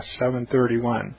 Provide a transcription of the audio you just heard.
7.31